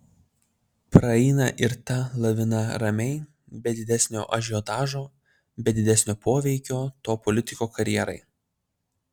praeina ir ta lavina ramiai be didesnio ažiotažo be didesnio poveikio to politiko karjerai